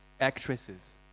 Actresses